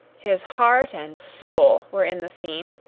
his heart and soul were in the scene,